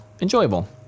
enjoyable